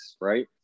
right